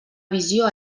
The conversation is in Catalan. visió